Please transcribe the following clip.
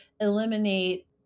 eliminate